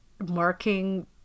marking